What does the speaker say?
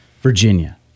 Virginia